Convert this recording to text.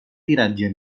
tiratge